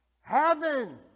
heaven